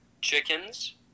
chickens